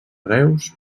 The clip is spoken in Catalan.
reus